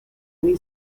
many